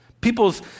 People's